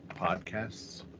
podcasts